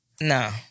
No